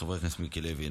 חבר הכנסת מיקי לוי,